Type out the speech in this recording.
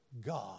God